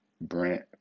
Brent